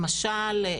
למשל,